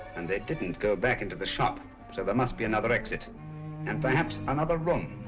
and they didn't go back into the shop so there must be another exit and perhaps another room.